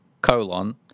colon